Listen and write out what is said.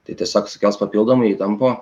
tai tiesiog sukels papildomų įtampų